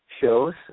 shows